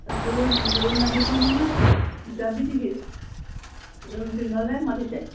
জোৰোণ জোৰোণ আহিব নহয় যাবি নেকি জোৰোণ পিন্ধোৱালৈ মাতিছে